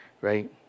right